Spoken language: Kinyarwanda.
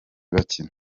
bakina